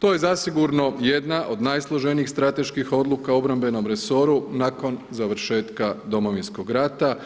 To je zasigurno jedna od najsloženijih strateških odluka u obrambenom resoru, nakon završetka Domovinskog rata